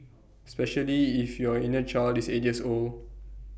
especially if your inner child is eight years old